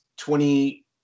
20